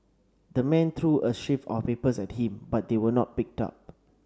the man threw a sheaf of papers at him but they were not picked up